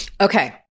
Okay